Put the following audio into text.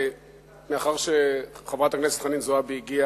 מאחר שחברת הכנסת חנין זועבי הגיעה,